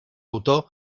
autor